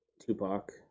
Tupac